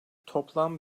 toplam